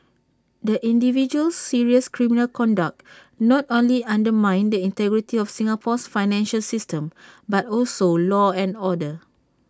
the individual's serious criminal conduct not only undermined the integrity of Singapore's financial system but also law and order